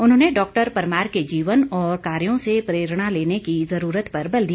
उन्होंने डॉक्टर परमार के जीवन और कार्यों से प्रेरणा लेने की ज़रूरत पर बल दिया